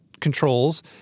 controls